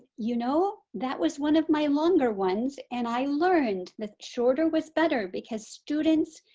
you know, that was one of my longer ones and i learned that shorter was better. because students